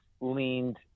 leaned